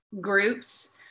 groups